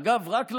אגב, רק ללוחמים.